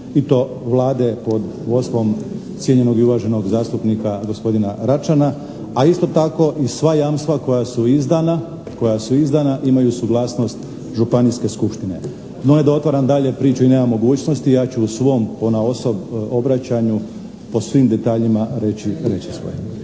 i to Vlade pod vodstvom cijenjenog i uvaženog zastupnika gospodina Račana, a isto tako i sva jamstva koja su izdana imaju suglasnost županijske skupštine. No da ne otvaram dalje priču i nemam mogućnosti, ja ću u svom ponaosob obraćanju, o svim detaljima reći svoje.